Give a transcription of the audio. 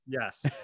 Yes